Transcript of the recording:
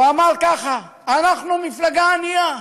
הוא אמר ככה: אנחנו מפלגה ענייה,